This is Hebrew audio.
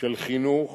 חינוך